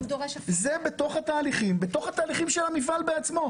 זה בתוך התהליכים של המפעל בעצמו.